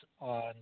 on